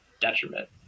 detriment